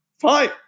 Fine